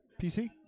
PC